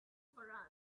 for